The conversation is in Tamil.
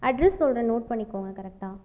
அட்ரெஸ் சொல்லுறேன் நோட் பண்ணிக்கோங்க கரெக்டாக